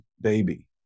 baby